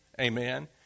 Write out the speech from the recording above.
Amen